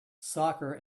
soccer